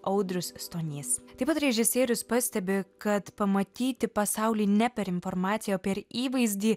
audrius stonys taip pat režisierius pastebi kad pamatyti pasaulį ne per informaciją o per įvaizdį